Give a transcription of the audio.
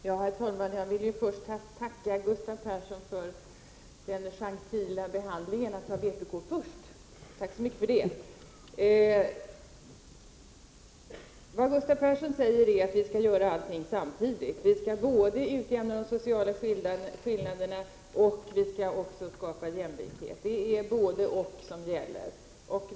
Herr talman! Jag vill först tacka Gustav Persson för den gentila behandlingen. Han bemötte vpk först i sitt inlägg. Tack så mycket för det! Vad Gustav Persson säger är att vi skall göra allting samtidigt. Vi skall både utjämna de sociala skillnaderna och skapa jämlikhet. Det är både-och som gäller.